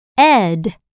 Ed